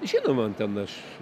žinoma man ten aš